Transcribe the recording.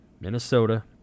Minnesota